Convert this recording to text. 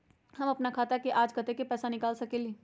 हम अपन खाता से आज कतेक पैसा निकाल सकेली?